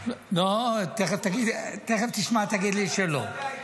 לא, תאריך, אנחנו רוצים לשמוע את צעדי ההתייעלות